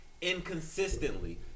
Inconsistently